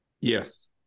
Yes